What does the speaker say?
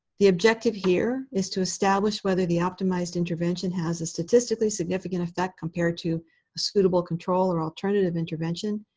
the objective here is to establish whether the optimized intervention has a statistically significant effect compared to suitable control or alternative intervention.